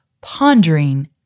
pondering